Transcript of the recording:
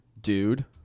dude